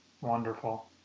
Wonderful